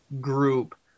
group